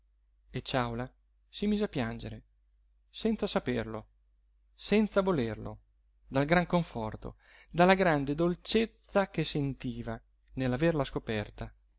e ciàula si mise a piangere senza saperlo senza volerlo dal gran conforto dalla grande dolcezza che sentiva nell'averla scoperta